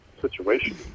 situation